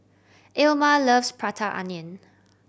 Ilma loves Prata Onion